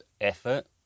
effort